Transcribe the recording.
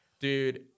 dude